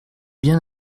bien